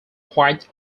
quite